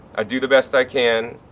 i do the best i can.